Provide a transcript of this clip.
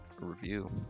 review